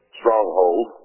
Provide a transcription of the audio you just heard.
stronghold